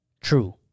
true